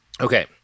Okay